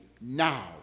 now